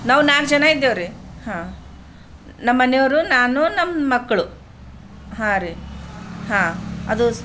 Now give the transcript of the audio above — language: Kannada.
ನಾವು ನಾಲ್ಕು ಜನ ಇದ್ದೇವು ರಿ ಹಾಂ ನಮ್ಮ ಮನೆಯವರು ನಾನು ನಮ್ಮ ಮಕ್ಕಳು ಹಾಂ ರೀ ಹಾಂ ಅದು